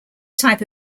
type